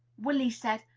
willy said,